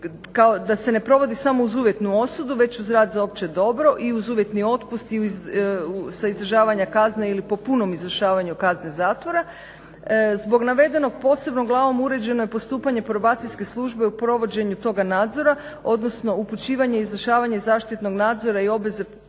da se ne provodi samo uz uvjetnu osudu već uz rad za opće dobro i uz uvjetni otpust sa izdržavanja kazne ili po punom izdržavanju kazne zatvora. Zbog navedenog posebnom glavom uređeno je postupanje probacijske službe u provođenju toga nadzora, odnosno upućivanje i izvršavanje zaštitnog nadzora i obveze